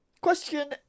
question